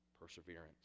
perseverance